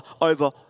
over